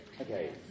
Okay